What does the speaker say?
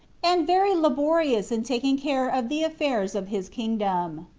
and very laborious in taking care of the affairs of his kingdom.